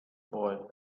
boy